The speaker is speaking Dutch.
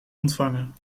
ontvangen